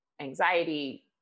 anxiety